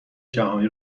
جهانی